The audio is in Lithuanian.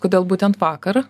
kodėl būtent vakar